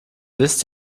wisst